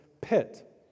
pit